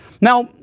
Now